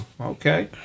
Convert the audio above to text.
Okay